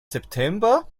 september